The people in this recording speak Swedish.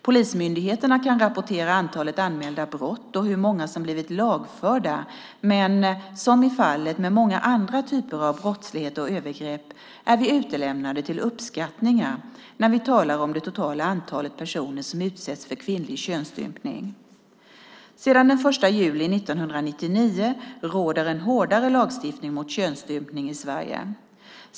Polismyndigheterna kan rapportera antalet anmälda brott och hur många som har blivit lagförda men, som i fallet med många andra typer av brottslighet och övergrepp, är vi utlämnade till uppskattningar när vi talar om det totala antalet personer som utsätts för kvinnlig könsstympning. Sedan den 1 juli 1999 råder en hårdare lagstiftning mot könsstympning i Sverige.